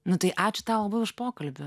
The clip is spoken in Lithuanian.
nu tai ačiū tau labai už pokalbį